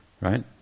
Right